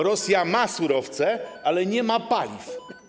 Rosja ma surowce, ale nie ma paliw.